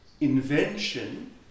invention